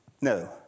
No